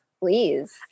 Please